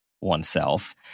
oneself